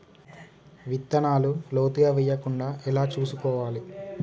విత్తనాలు లోతుగా వెయ్యకుండా ఎలా చూసుకోవాలి?